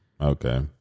Okay